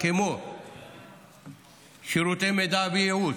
כמו שירותי מידע וייעוץ,